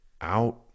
out